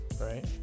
right